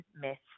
myths